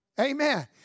Amen